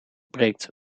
breekt